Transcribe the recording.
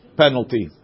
penalty